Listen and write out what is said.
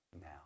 now